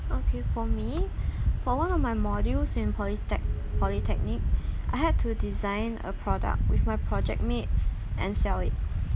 okay for me for one of my modules in polytech~ polytechnic I had to design a product with my project mates and sell it